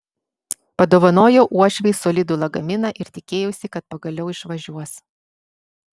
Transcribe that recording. padovanojau uošvei solidų lagaminą ir tikėjausi kad pagaliau išvažiuos